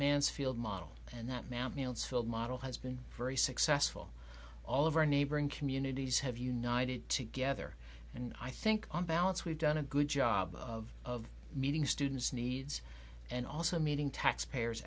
mansfield model and that map meals filled model has been very successful all of our neighboring communities have united together and i think on balance we've done a good job of meeting students needs and also meeting taxpayers